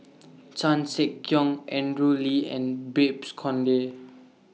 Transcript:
Chan Sek Keong Andrew Lee and Babes Conde